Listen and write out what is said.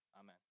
Amen